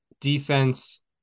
defense